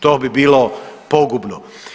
To bi bilo pogubno.